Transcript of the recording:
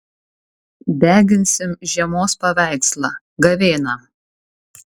deginsim žiemos paveikslą gavėną